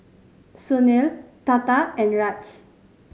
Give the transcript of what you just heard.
Sunil Tata and Raj